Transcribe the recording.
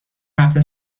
رفته